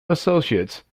associates